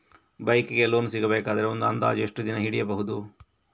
Bike ಗೆ loan ಸಿಗಬೇಕಾದರೆ ಒಂದು ಅಂದಾಜು ಎಷ್ಟು ದಿನ ಹಿಡಿಯಬಹುದು?